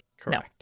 Correct